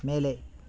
மேலே